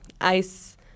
ICE